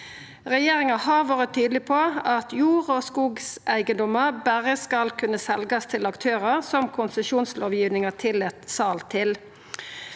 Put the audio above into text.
Regjeringa har vore tydeleg på at jord- og skogeigedommar berre skal kunna seljast til aktørar som konsesjonslovgivinga tillèt sal til.